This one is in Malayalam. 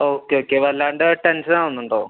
ഓക്കെ ഓക്കെ വല്ലാണ്ട് ടെൻഷൻ ആവുന്നുണ്ടോ